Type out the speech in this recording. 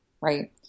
right